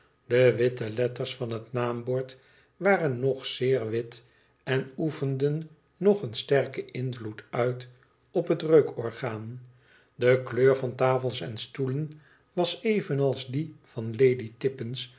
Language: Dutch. de witte letters van het naambord waren nog zeer wit en oefenden nog een sterken invloed uit op het reukorgaan de kleur van tafels en stoelen was evenals die van lady